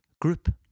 group